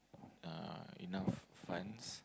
uh enough funds